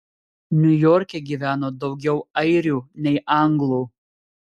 niujorke gyveno daugiau airių nei anglų